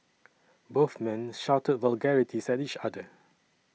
both men shouted vulgarities at each other